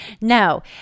No